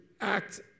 act